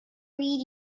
read